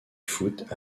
foot